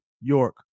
York